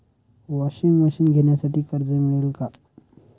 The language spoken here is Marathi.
वॉशिंग मशीन घेण्यासाठी कर्ज मिळेल का?